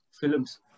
films